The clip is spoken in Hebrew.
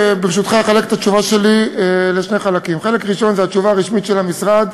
אחלק את התשובה שלי לשני חלקים: חלק ראשון הוא התשובה הרשמית של המשרד,